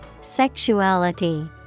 Sexuality